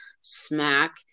smack